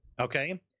Okay